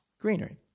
greenery